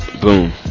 Boom